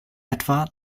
etwa